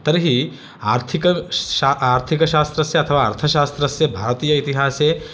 तर्हि आर्थिकशा आर्थिकशास्त्रस्य अथवा अर्थशास्त्रस्य भारतीय इतिहासे